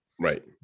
Right